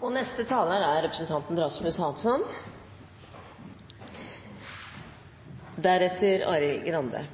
Norsk olje- og gassvirksomhet er